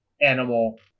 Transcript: animal